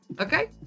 okay